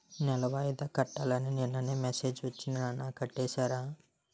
నెల వాయిదా కట్టాలని నిన్ననే మెసేజ్ ఒచ్చింది నాన్న కట్టేసారా?